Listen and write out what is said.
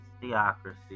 theocracy